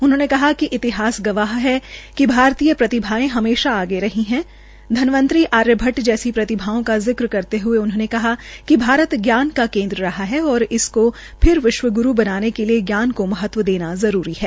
उन्होंने कहा कि इतिहास गवाह है कि भारतीय प्रतिभायें हमेशा आगे रही है ध्नवंतरी आर्यभट्ट जैसी प्रतिभाओं का जिक्र करते हये उन्होंने कहा िक भारत ज्ञान का केन्द्र रहा हे और इसकों फिर विश्व ग्रू बनाने के लिये जान को महत्व देनी जरूरी है